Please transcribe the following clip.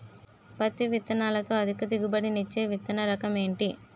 పత్తి విత్తనాలతో అధిక దిగుబడి నిచ్చే విత్తన రకం ఏంటి?